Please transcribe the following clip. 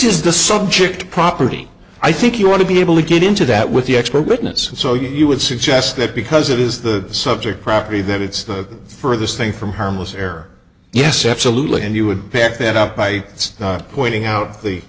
is the subject property i think you want to be able to get into that with the expert witness so you would suggest that because it is the subject property that it's the furthest thing from harmless air yes absolutely and you would pick that up by its pointing out the